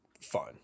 fun